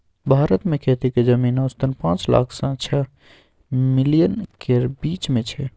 भारत मे खेतीक जमीन औसतन पाँच लाख सँ छअ मिलियन केर बीच मे छै